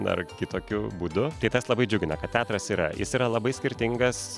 ar kitokiu būdu tai tas labai džiugina kad teatras yra jis yra labai skirtingas